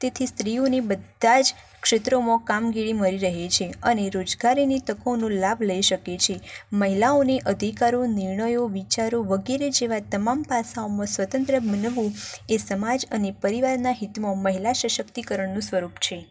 તેથી સ્ત્રીઓને બધા જ ક્ષેત્રોમાં કામગીરી મળી રહે છે અને રોજગારીની તકોનો લાભ લઈ શકે છે મહિલાઓને અધિકારો નિર્ણયો વિચારો વગેરે જેવા તમામ પાસાઓમાં સ્વતંત્ર બનવું એ સમાજ અને પરિવારના હિતમાં મહિલા સશક્તિકરણનું સ્વરૂપ છે